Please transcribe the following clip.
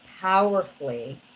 powerfully